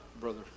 brother